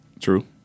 True